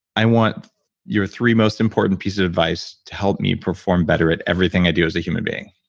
i want your three most important pieces of advice to help me perform better at everything i do as a human being,